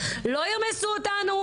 לא ירמסו אותנו,